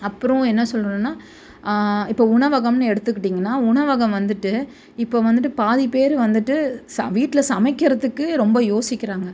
அப்புறம் என்ன சொல்லணும்ன்னா இப்போ உணவகம்ன்னு எடுத்துக்கிட்டிங்கன்னா உணவகம் வந்துவிட்டு இப்போ வந்துவிட்டு பாதி பேர் வந்துவிட்டு ச வீட்டில் சமைக்கிறதுக்கு ரொம்ப யோசிக்கிறாங்க